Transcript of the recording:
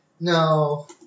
No